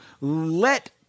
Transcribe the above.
let